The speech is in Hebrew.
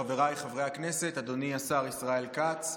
חבריי חברי הכנסת, אדוני השר ישראל כץ,